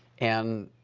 and